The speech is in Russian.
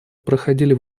проходили